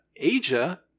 Asia